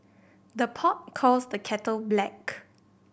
the pot calls the kettle black